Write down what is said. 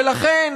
ולכן,